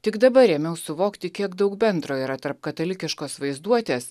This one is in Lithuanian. tik dabar ėmiau suvokti kiek daug bendro yra tarp katalikiškos vaizduotės